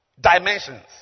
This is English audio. dimensions